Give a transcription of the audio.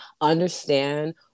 understand